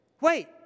wait